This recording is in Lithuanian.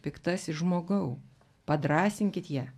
piktasis žmogau padrąsinkit ją